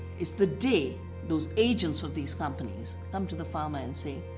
it's the day those agents of these companies come to the farmer and say,